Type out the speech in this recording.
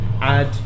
Add